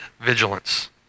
vigilance